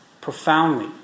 profoundly